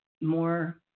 more